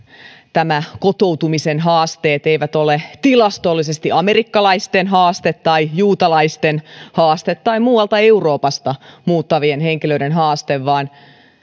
kotoutumisen haasteet eivät ole tilastollisesti amerikkalaisten haaste tai juutalaisten haaste tai muualta euroopasta muuttavien henkilöiden haaste vaan